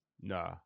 nah